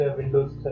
windows